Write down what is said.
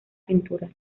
cintura